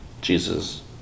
Jesus